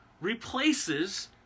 replaces